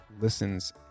listens